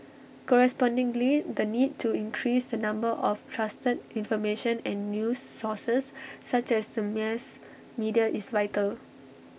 correspondingly the need to increase the number of trusted information and news sources such as the mass media is vital